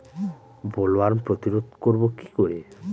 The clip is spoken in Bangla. বোলওয়ার্ম প্রতিরোধ করব কি করে?